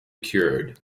cured